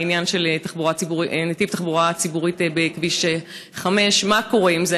העניין של נתיב תחבורה ציבורית בכביש 5 מה קורה עם זה?